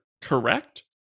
correct